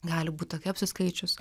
gali būt tokia apsiskaičius